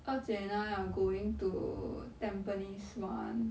二姐 and I are going to tampines one